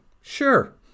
Sure